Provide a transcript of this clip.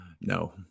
No